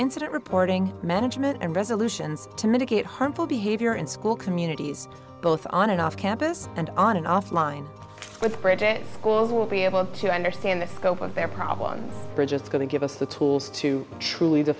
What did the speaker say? incident reporting management and resolution to mitigate harmful behavior in school communities both on and off campus and on and off line with bridget will be able to understand the scope of their problems we're just going to give us the tools to surely